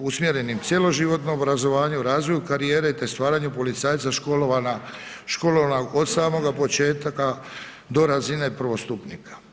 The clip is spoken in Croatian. usmjerenim cjeloživotnom obrazovanju, razvoju karijere te stvaranju policajca školovana od samoga početaka do razine prvostupnika.